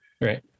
right